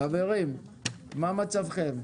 חברים מה מצבכם?